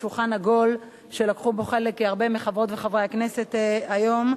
בשולחן עגול שלקחו בו חלק הרבה מחברות וחברי הכנסת היום.